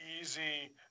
easy